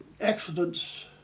accidents